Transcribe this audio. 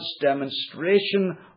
demonstration